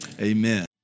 Amen